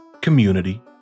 community